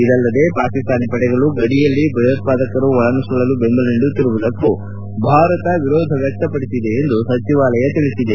ಅಲ್ಲದೆ ಪಾಕಿಸ್ತಾನಿ ಪಡೆಗಳು ಗಡಿಯಲ್ಲಿ ಭಯೋತ್ಸಾದಕರು ಒಳನುಸುಳಲು ಬೆಂಬಲ ನೀಡುತ್ತಿರುವುದಕ್ಕೂ ಭಾರತ ವಿರೋಧ ವ್ಯಕ್ತಪಡಿಸಿದೆ ಎಂದು ಸಚಿವಾಲಯ ತಿಳಿಸಿದೆ